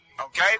okay